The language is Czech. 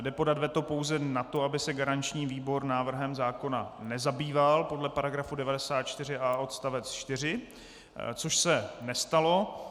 Jde podat veto pouze na to, aby se garanční výbor návrhem zákona nezabýval, podle § 94a odst. 4, což se nestalo.